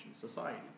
society